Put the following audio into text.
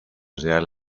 real